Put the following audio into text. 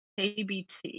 KBT